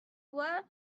what